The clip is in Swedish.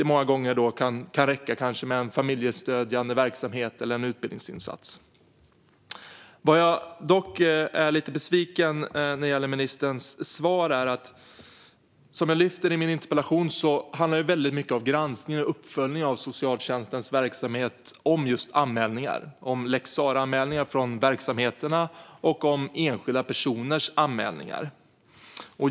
Många gånger kan det kanske räcka med en familjestödjande verksamhet eller en utbildningsinsats. Det är en sak som dock gör mig lite besviken när det gäller ministerns svar. Som jag tar upp i min interpellation handlar väldigt mycket av granskningen och uppföljningen av socialtjänstens verksamhet om lex Sarah-anmälningar från verksamheterna och om enskilda personers anmälningar.